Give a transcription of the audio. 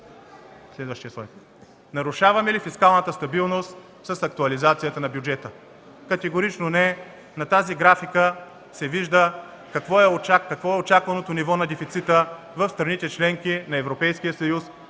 нетна основа. Нарушаваме ли фискалната стабилност с актуализацията на бюджета? Категорично не. На графиката се вижда какво е очакваното ниво на дефицита в страните – членки на Европейския съюз,